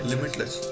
Limitless